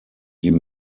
die